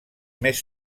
més